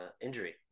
injury